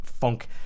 funk